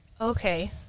Okay